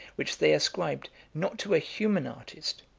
which they ascribed, not to a human artist,